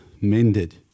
mended